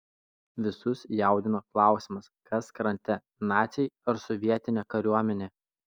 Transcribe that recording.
visus jaudino klausimas kas krante naciai ar sovietinė kariuomenė